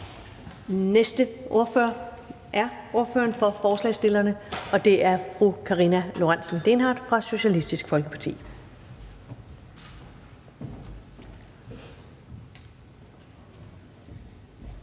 næste ordfører er ordføreren for forslagsstillerne, og det er fru Karina Lorentzen Dehnhardt fra Socialistisk Folkeparti.